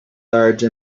large